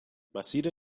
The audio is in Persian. مسیر